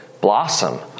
blossom